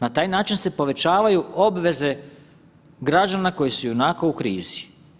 Na taj način se povećavaju obveze građana koji su ionako u krizi.